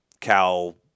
Cal